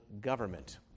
government